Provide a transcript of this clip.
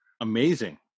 Amazing